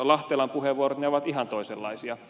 lahtelan puheenvuorot ne ovat ihan toisenlaisia